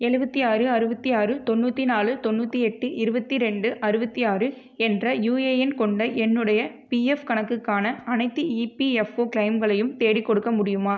எழுவத்தி ஆறு அறுபத்தி ஆறு தொண்ணூற்றி நாலு தொண்ணூற்றி எட்டு இருபத்தி ரெண்டு அறுபத்தி ஆறு என்ற யூஏஎன் கொண்ட என்னுடைய பிஎஃப் கணக்குக்கான அனைத்து இபிஎஃப்ஓ கிளெய்ம்களையும் தேடிக்கொடுக்க முடியுமா